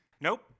Nope